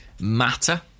matter